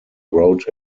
wrote